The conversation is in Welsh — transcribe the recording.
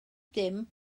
dim